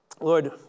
Lord